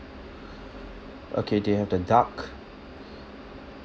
okay they have the duck